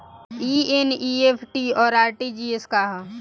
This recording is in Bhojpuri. ई एन.ई.एफ.टी और आर.टी.जी.एस का ह?